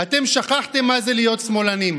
כלכלה מודרנית,